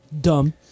Dumb